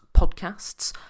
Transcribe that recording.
podcasts